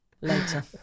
later